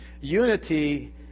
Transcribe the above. Unity